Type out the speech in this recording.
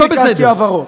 אני ביקשתי הבהרות.